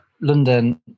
London